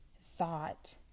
thought